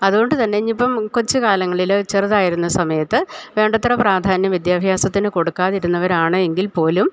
അതുകൊണ്ട് തന്നെ ഇനി ഇപ്പം കൊച്ച് കാലങ്ങളില് ചെറുതായിരുന്ന സമയത്ത് വേണ്ടത്ര പ്രാധാന്യം വിദ്യാഭ്യാസത്തിന് കൊടുക്കാതിരുന്നവരാണ് എങ്കിൽപ്പോലും